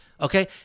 Okay